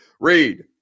Read